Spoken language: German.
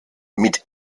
mit